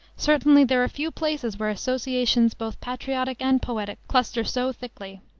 certainly there are few places where associations, both patriotic and poetic, cluster so thickly.